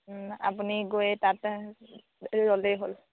আপুনি গৈয়ে তাতে ৰ'লেই হ'ল